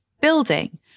building